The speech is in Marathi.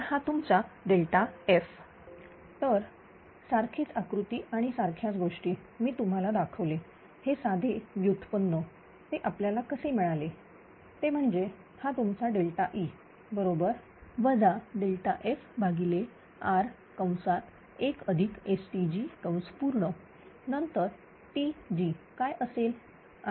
तर हा तुमचा ΔF तर सारखीच आकृती आणि सारख्याच गोष्टी मी तुम्हाला दाखवले हे साधे व्युत्पन्न ते आपल्याला कसे मिळाले ते म्हणजे हा तुमचा ΔE FR1STg नंतर Tg काय असेल